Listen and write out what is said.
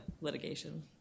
litigation